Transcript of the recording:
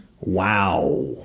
Wow